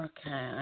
Okay